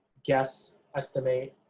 guess, estimate,